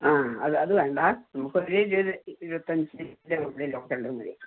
ആ അത് വേണ്ട നമുക്കൊരു ഇരുപത് ഇരുപത്തഞ്ചിൻ്റെ ഉള്ളിലൊക്കെ ഉള്ളത് മതി